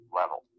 level